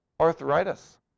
arthritis